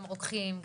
גם רוקחים,